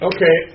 Okay